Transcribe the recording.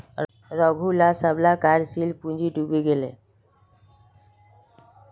रघूर सबला कार्यशील पूँजी डूबे गेले